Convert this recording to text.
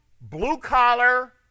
blue-collar